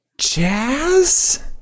jazz